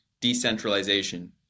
decentralization